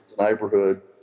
neighborhood